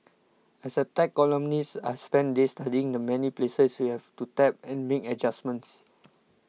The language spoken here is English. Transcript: as a tech columnist I've spent days studying the many places you have to tap and make adjustments